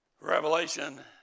Revelation